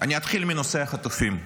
אתחיל בנושא החטופים.